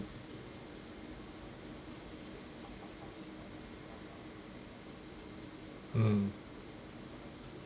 mm